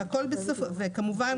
כמובן,